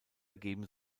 ergeben